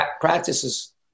Practices –